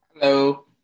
Hello